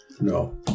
No